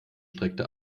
streckte